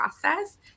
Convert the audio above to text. process